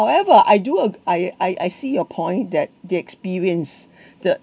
however I do ag~ I I see your point that the experience the